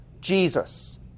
Jesus